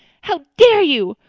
how dare you!